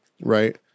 right